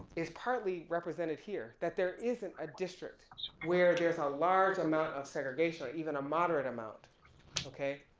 is partly represented here, that there isn't a district where there's a large amount of segregation or even a moderate amount okay.